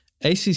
ACC